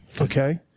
Okay